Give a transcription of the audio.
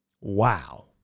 Wow